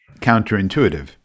Counterintuitive